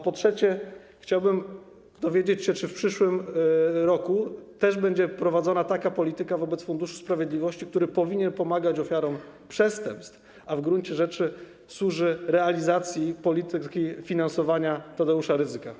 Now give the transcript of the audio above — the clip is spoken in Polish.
Po trzecie, chciałbym się dowiedzieć, czy w przyszłym roku też będzie prowadzona taka polityka wobec Funduszu Sprawiedliwości, który powinien pomagać ofiarom przestępstw, a w gruncie rzeczy służy do realizacji polityki finansowania Tadeusza Rydzyka.